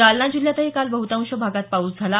जालना जिल्ह्यातही काल बह्तांश भागात पाऊस झाला